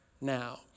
now